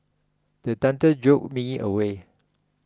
the thunder jolt me awake